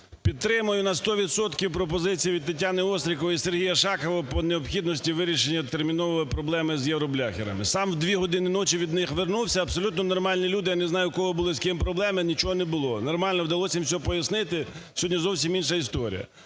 Підтримую на 100 відсотків пропозицію від ТетяниОстрікової і Сергія Шахова по необхідності вирішення терміново проблеми з євробляхерами. Сам в 2 години ночі від них вернувся – абсолютно нормальні люди, я не знаю, у кого були з ким проблеми, нічого не було. Нормально вдалося їм все пояснити. Сьогодні зовсім інша історія.